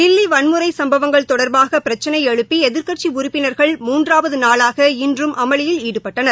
தில்லி வன்முறை சம்பவங்கள் தொடர்பாக பிரச்சி எழுப்பி எதிர்க்கட்சி உறுப்பினர்கள் மூன்றாவது நாளாக இன்றும் அமளியில் ஈடுபட்டனர்